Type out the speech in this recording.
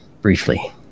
briefly